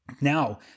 Now